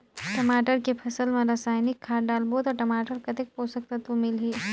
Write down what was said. टमाटर के फसल मा रसायनिक खाद डालबो ता टमाटर कतेक पोषक तत्व मिलही?